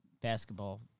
basketball